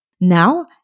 Now